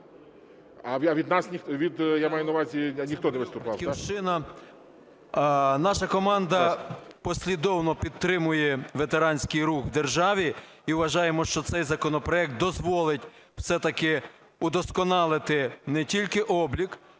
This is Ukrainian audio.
18:12:29 ЦИМБАЛЮК М.М. Наша команда послідовно підтримує ветеранський рух в державі і вважаємо, що цей законопроект дозволить все-таки удосконалити не тільки облік,